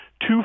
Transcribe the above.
two